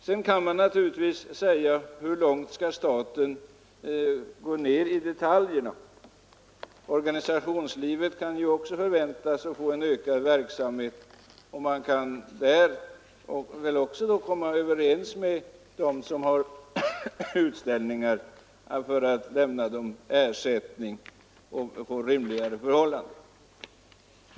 Sedan kan man naturligtvis säga: Hur långt ned skall staten gå i detaljerna? Organisationslivet kan ju också förväntas få ökad verksamhet, och man kan väl där komma överens med dem som har utställningar så att de får ersättning och rimliga förhållanden.